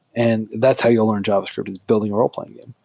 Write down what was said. and that's how you'll learn javascript, is building a ro le-playing game.